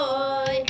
Boy